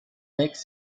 makes